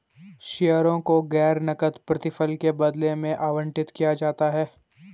शेयरों को गैर नकद प्रतिफल के बदले में आवंटित किया जाता है